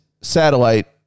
satellite